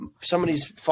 somebody's